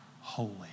holy